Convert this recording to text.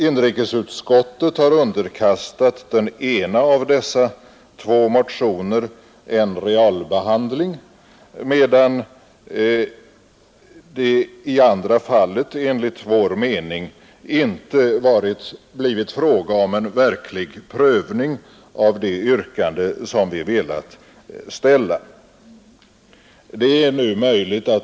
Inrikesutskottet har underkastat den ena av dessa motioner en realbehandling, medan det i andra fallet enligt vår mening inte har varit fråga om en verklig prövning av det yrkande som vi ställt.